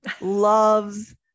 loves